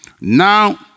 Now